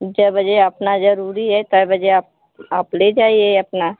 जय बजे अपना जरूरी है ते बजे आप आप ले जाइए अपना